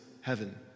heaven